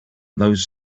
those